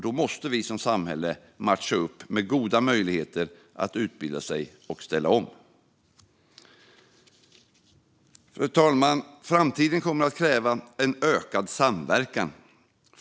Då måste vi som samhälle matcha detta med goda möjligheter att utbilda sig och ställa om. Fru talman! Framtiden kommer att kräva ökad samverkan.